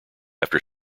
after